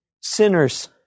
sinners